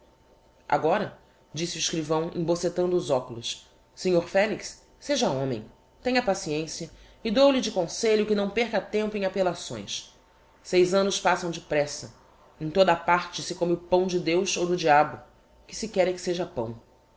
cunha silva agora disse o escrivão embocetando os oculos snr felix seja homem tenha paciencia e dou-lhe de conselho que não perca tempo em appellações seis annos passam depressa em toda a parte se come o pão de deus ou do diabo o que se quer é que seja pão